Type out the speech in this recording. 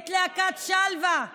את להקת שלווה ועוד,